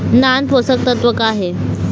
नान पोषकतत्व का हे?